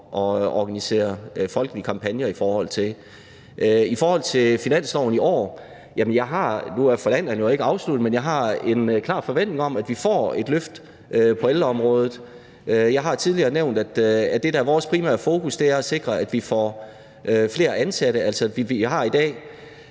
i år – nu er forhandlingerne jo ikke afsluttet – har jeg en klar forventning om, at vi får et løft af ældreområdet. Jeg har tidligere nævnt, at det, der er vores primære fokus, er at sikre, at vi får flere ansatte, end vi har i dag.